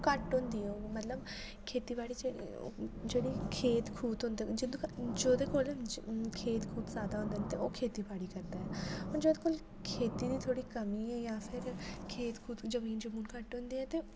घट्ट होंदी ऐ ओह् मतलब खेतीबाड़ी च जेह्ड़ी खेत खूत होंदे जोह्दे कोल खेत खूत ज्यादा होंदे ते ओह् खेतीबाड़ी करदा ऐ हून जेह्दे कोल खेती दी थोह्ड़ी कमी ऐ जां फिर खेत खूत जमीन जमून घट्ट होंदी ऐ ते